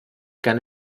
gerne